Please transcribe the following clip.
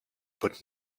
put